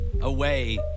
away